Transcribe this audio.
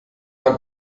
man